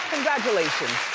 congratulations.